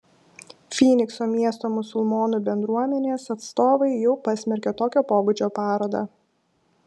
fynikso miesto musulmonų bendruomenės atstovai jau pasmerkė tokio pobūdžio parodą